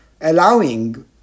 allowing